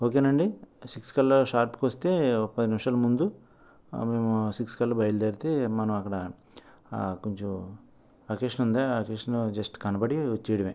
ఒకేనండి six కల్లా షార్ప్కి వస్తే ఒక పది నిమిషాలు ముందు మేము సిక్స్ కల్లా బయలుదేరితే మనం అక్కడ కొంచెం అకేషన్ ఉంది ఆ అకేషన్లో కనబడి వచ్చేయడమే